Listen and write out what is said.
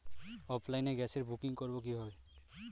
অফলাইনে গ্যাসের বুকিং করব কিভাবে?